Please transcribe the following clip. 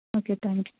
okay thank you